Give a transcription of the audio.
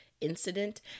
incident